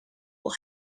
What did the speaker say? will